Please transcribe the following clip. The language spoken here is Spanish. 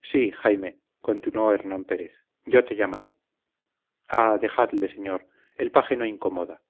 sí jaime continuó hernán pérez yo te llamaré ah dejadle señor el paje no incomoda